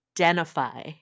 identify